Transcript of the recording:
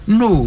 no